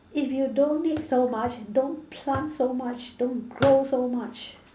if you don't need so much don't plant so much don't grow so much